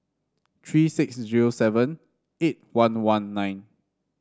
three six zero seven eight one one nine